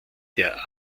der